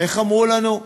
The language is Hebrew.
איך אמרו לנו?